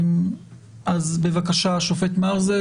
אז בבקשה, השופט מרזל.